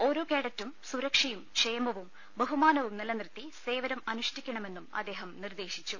ഓരോ കേഡറ്റും സുരക്ഷയും ക്ഷേമവും ബഹുമാനവും നിലനിർത്തി സേവനം അനുഷ്ഠിക്കണമെന്നും അദ്ദേഹം നിർദേശിച്ചു